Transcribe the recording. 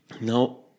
Now